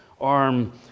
arm